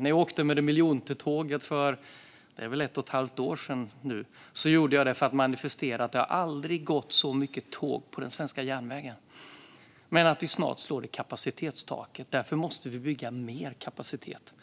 När jag åkte det miljonte tåget för ungefär ett och ett halvt år sedan gjorde jag det för att manifestera att det aldrig har gått så mycket tåg på den svenska järnvägen men att vi snart slår i kapacitetstaket och därför måste bygga mer kapacitet.